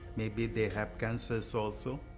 maybe they have cancers also.